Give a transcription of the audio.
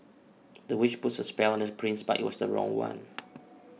the witch put a spell on the prince but it was the wrong one